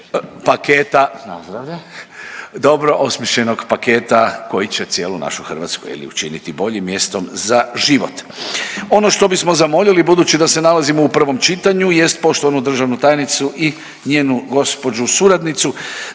Dobro osmišljenog paketa koji će cijelu našu Hrvatsku je li, učiniti boljim mjestom za život. Ono što bismo zamolili, budući da se nalazimo u prvom čitanju jest poštovanu državnu tajnicu i njenu gospođu suradnicu,